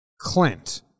Clint